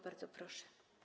Bardzo proszę.